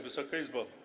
Wysoka Izbo!